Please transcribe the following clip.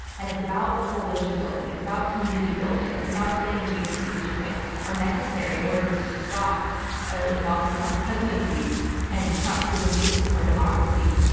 and it's about coalition building. it's about community building. it's about staying engaged with the issues that like are necessary in order to stop an ivanka trump presidency and to trump-proof and putin-proof our democracy.